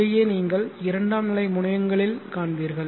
இதையே நீங்கள் இரண்டாம் நிலை முனையங்களில் காண்பீர்கள்